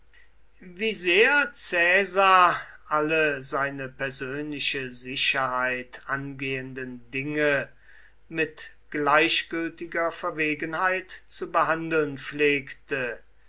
wie sehr caesar alle seine persönliche sicherheit angehenden dinge mit gleichgültiger verwegenheit zu behandeln pflegte